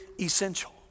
essential